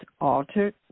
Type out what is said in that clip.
altered